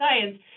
Science